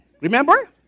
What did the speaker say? Remember